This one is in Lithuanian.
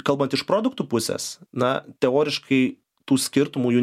kalbant iš produktų pusės na teoriškai tų skirtumų jų